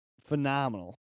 phenomenal